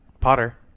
Potter